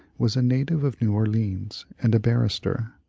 was a native of new orleans and a barrister.